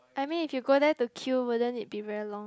I mean if you go there to queue wouldn't it be very long